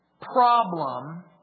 problem